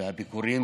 והביקורים